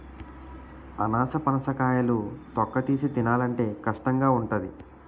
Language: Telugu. అనాసపనస కాయలు తొక్కతీసి తినాలంటే కష్టంగావుంటాది